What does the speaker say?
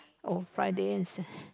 on Friday and sa~